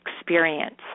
experience